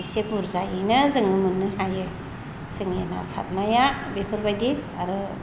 एसे बुरजायैनो जोङो मोननो हायो जोंनि ना सारनाया बेफोरबायदि आरो